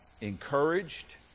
encouraged